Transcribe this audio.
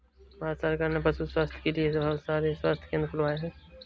भारत सरकार ने पशु स्वास्थ्य के लिए बहुत सारे स्वास्थ्य केंद्र खुलवाए हैं